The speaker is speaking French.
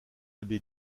l’abbé